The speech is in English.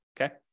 okay